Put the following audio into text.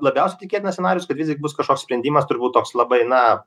labiausiai tikėtina scenarijus visgi bus kažkoks sprendimas turbūt toks labai na